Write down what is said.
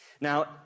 Now